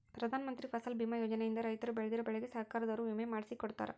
ಪ್ರಧಾನ ಮಂತ್ರಿ ಫಸಲ್ ಬಿಮಾ ಯೋಜನೆ ಇಂದ ರೈತರು ಬೆಳ್ದಿರೋ ಬೆಳೆಗೆ ಸರ್ಕಾರದೊರು ವಿಮೆ ಮಾಡ್ಸಿ ಕೊಡ್ತಾರ